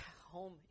Home